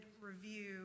review